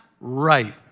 right